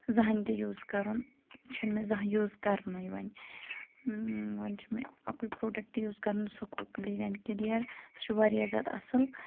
زانٛہہ ہَے تہِ یوٗز کَرُن چھِنہٕ مےٚ زانٛہہ یوٗز کَرنُے وۄنۍ وۄنۍ چھِ مےٚ اَکُے پرٛوڈَکٹ یوٗز کَرُن سُہ گوٚو کِلیٖن اینٛڈ کٕلیَر سُہ چھِ واریاہ زیادٕ اَصٕل